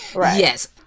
Yes